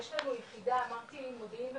יש לנו יחידה אמרתי מודיעין וחקירות,